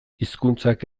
hizkuntzak